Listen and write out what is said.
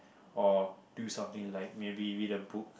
or do something like maybe read a book